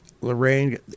Lorraine